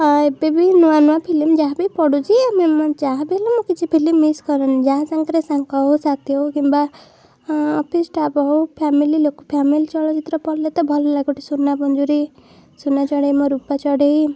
ଆଉ ଏବେ ବି ନୂଆ ନୂଆ ଫିଲ୍ମ ଯାହା ପଡ଼ୁଛି ଆମେ ଯାହା ବି ହେଲେ ମୁଁ କିଛି ଫିଲ୍ମ ମିସ୍ କରେନି ଯାହା ସାଙ୍ଗରେ ସାଙ୍ଗ ହେଉ ସାଥି ହେଉ କିମ୍ବା ଅଫିସ୍ ଷ୍ଟାଫ୍ ହେଉ ଫ୍ୟାମିଲି ଲୋକ ଫ୍ୟାମିଲି ଚଳଚ୍ଚିତ୍ର ପଡ଼ିଲେ ତ ଭଲଲାଗେ ସୁନା ପଞ୍ଜୁରୀ ସୁନା ଚଢ଼େଇ ମୋ ରୂପା ଚଢ଼େଇ